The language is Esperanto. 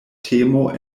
temo